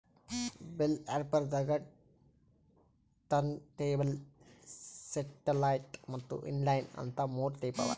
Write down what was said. bell wrapper ದಾಗಾ turntable satellite ಮತ್ತ್ inline ಅಂತ್ ಮೂರ್ ಟೈಪ್ ಅವಾ